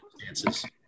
circumstances